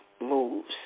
moves